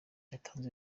yatanze